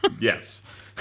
Yes